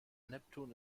neptun